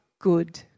good